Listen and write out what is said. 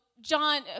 John